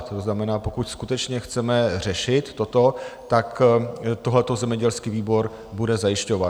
To znamená, pokud skutečně chceme řešit toto, tak tohle zemědělský výbor bude zajišťovat.